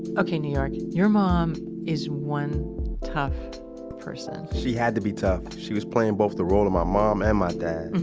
okay new york, your mom is one tough person she had to be tough. she was playing both the role of my mom and my dad.